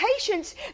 patience